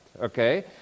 okay